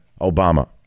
Obama